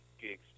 gigs